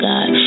God